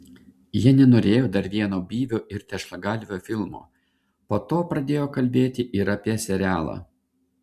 jie norėjo dar vieno byvio ir tešlagalvio filmo po to pradėjo kalbėti ir apie serialą